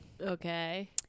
Okay